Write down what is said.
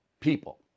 people